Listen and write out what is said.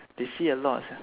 they see a lot sia